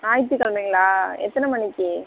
ஞாயிற்றிக் கிழமைங்களா எத்தனை மணிக்கு